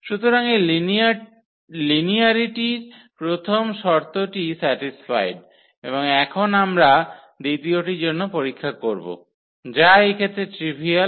সুতরাং এই লিনিয়ারিটির প্রথম শর্তটি স্যাটিস্ফায়েড এবং এখন আমরা দ্বিতীয়টির জন্য পরীক্ষা করব যা এই ক্ষেত্রে ট্রিভিয়াল